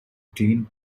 clean